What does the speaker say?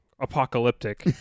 apocalyptic